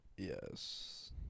Yes